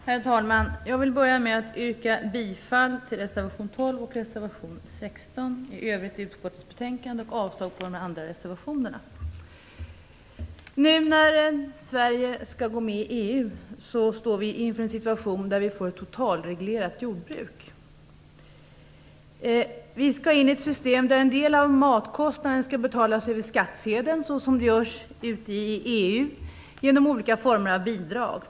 Herr talman! Jag vill börja med att yrka bifall till reservationerna 12 och 16 och i övrigt till utskottets hemställan samt avslag på de andra reservationerna. När Sverige nu skall gå med i EU står vi inför en situation där vi får ett totalreglerat jordbruk. Vi skall gå in i ett system där en del av matkostnaden skall betalas över skattsedeln, såsom görs i EU genom olika former av bidrag.